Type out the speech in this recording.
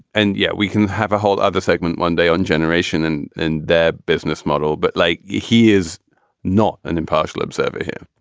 and yet we can have a whole other segment one day on generation and in that business model. but like you, he is not an impartial observer here.